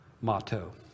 motto